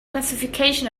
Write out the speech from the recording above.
classification